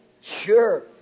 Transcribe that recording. Sure